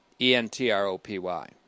E-N-T-R-O-P-Y